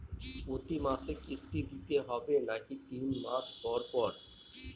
প্রতিমাসে কিস্তি দিতে হবে নাকি তিন মাস পর পর?